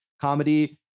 comedy